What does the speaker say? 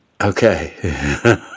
okay